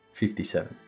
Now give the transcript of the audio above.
57